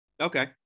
Okay